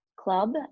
Club